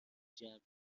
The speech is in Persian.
جمعی